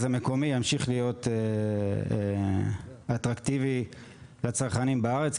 המקומי ימשיך להיות אטרקטיבי לצרכנים בארץ,